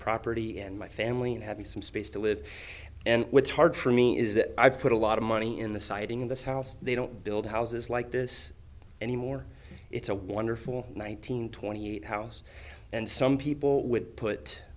property and my family and having some space to live and what's hard for me is that i put a lot of money in the siting in this house they don't build houses like this anymore it's a wonderful one nine hundred twenty eight house and some people would put